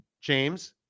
james